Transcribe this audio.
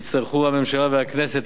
יצטרכו הממשלה והכנסת,